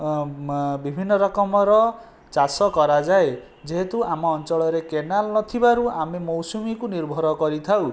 ଅ ଅ ମ ବିଭିନ୍ନ ରକମର ଚାଷ କରାଯାଏ ଯେହେତୁ ଆମ ଅଞ୍ଚଳରେ କେନାଲ ନଥିବାରୁ ଆମେ ମୌସୁମୀକୁ ନିର୍ଭର କରିଥାଉ